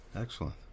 excellent